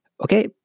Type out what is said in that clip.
Okay